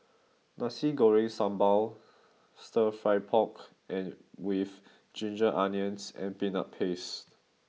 Nasi Goreng Sambal Stir Fry Pork with Ginger Onions and Peanut Paste